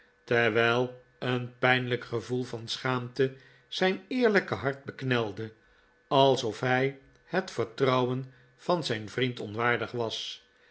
terwijl een pijnlijk gevoel van schaamte zijn eerlijke hart beknelde alsof hij het vertrouwen van zijn vriend onwaardig was